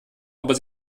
aber